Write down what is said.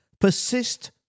persist